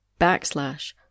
backslash